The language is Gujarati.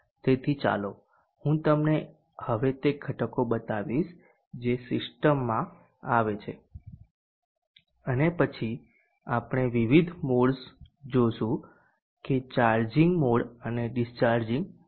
તેથી ચાલો હું તમને હવે તે ઘટકો બતાવીશ જે સિસ્ટમમાં આવે છે અને પછી આપણે વિવિધ મોડ્સ જોશું કે ચાર્જિંગ મોડ અને ડીસ્ચાર્જીંગ મોડ